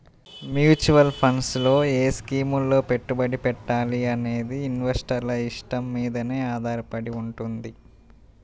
mutual funds లో ఏ స్కీముల్లో పెట్టుబడి పెట్టాలనేది ఇన్వెస్టర్ల ఇష్టం మీదనే ఆధారపడి వుంటది